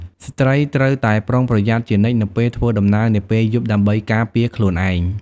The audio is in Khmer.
ស្ត្រីត្រូវតែប្រុងប្រយ័ត្នជានិច្ចនៅពេលធ្វើដំណើរនាពេលយប់ដើម្បីការពារខ្លួនឯង។